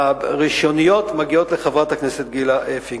הראשוניות מגיעות לחברת הכנסת דאז גילה פינקלשטיין.